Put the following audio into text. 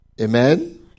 amen